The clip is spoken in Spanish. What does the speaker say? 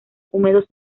húmedos